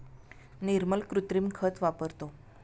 निर्मल कृत्रिम खत वापरतो